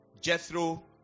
Jethro